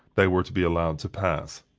they were to be allowed to pass.